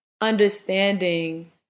understanding